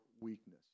weakness